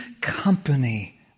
company